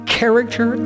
character